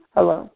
Hello